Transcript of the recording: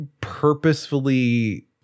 purposefully